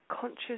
conscious